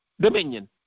dominion